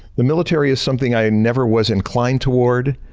the military is something i never was inclined toward